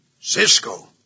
Cisco